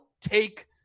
take